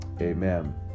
Amen